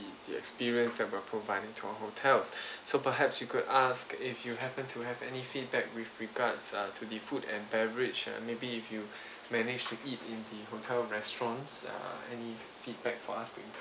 the experience that we are providing to our hotels so perhaps we could ask if you happen to have any feedback with regards uh to the food and beverage uh maybe if you managed to eat in the hotel restaurants uh any feedback for us to improve